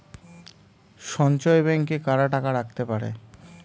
সঞ্চয় ব্যাংকে কারা টাকা রাখতে পারে?